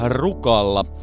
rukalla